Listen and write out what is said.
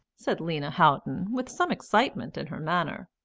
said lena houghton, with some excitement in her manner,